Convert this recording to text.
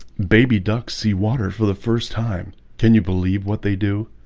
baby ducks see water for the first time can you believe what they do?